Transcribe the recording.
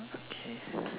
okay